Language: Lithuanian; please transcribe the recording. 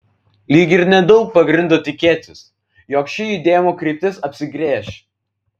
lyg ir nedaug pagrindo tikėtis jog ši judėjimo kryptis apsigręš